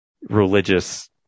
religious